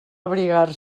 abrigar